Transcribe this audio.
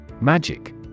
Magic